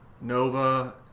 Nova